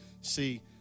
see